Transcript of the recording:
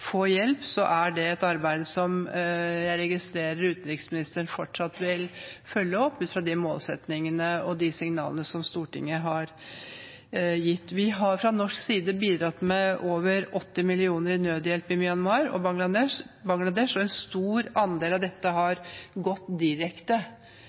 få hjelp, er det et arbeid som jeg registrerer utenriksministeren fortsatt vil følge opp, ut fra de målsettingene og signalene som Stortinget har gitt. Vi har fra norsk side bidratt med over 80 mill. kr i nødhjelp i Myanmar og Bangladesh, og en stor andel av dette